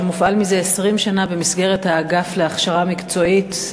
המופעל זה 20 שנה במסגרת האגף להכשרה מקצועית,